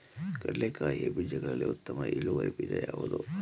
ಕಡ್ಲೆಕಾಯಿಯ ಬೀಜಗಳಲ್ಲಿ ಉತ್ತಮ ಇಳುವರಿ ಬೀಜ ಯಾವುದು?